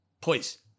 Please